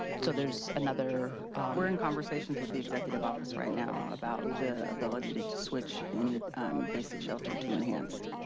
so there's another we're in conversations with the executive office right now about the ability to to switch any basic shelter to enhanced.